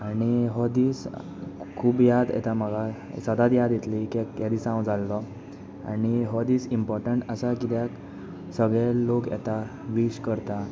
आनी हो दीस खूब याद येता म्हाका सदांच याद येतली किद्याक ह्या दिसा हांव जाल्लों आनी हो दीस इमपोटंट आसा किद्याक सगले लोक येता व्हीश करता